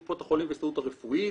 קופות החולים וההסתדרות הרפואית,